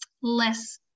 less